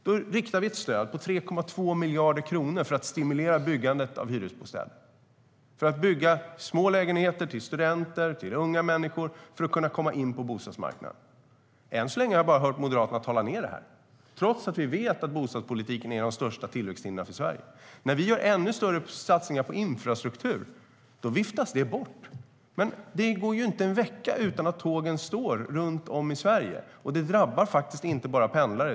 Vi riktar ett stöd på 3,2 miljarder kronor för att stimulera byggandet av hyresbostäder och för att bygga små lägenheter till studenter och unga människor för att de ska kunna komma in på bostadsmarknaden. Än så länge har jag bara hört Moderaterna tala ned det här, trots att vi vet att detta med bostadspolitiken är ett av de största tillväxthindren för Sverige. När vi gör ännu större satsningar på infrastruktur viftas det bort, men det går inte en vecka utan att tågen står stilla runt om i Sverige. Det drabbar faktiskt inte bara pendlare.